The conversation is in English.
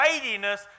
weightiness